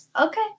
okay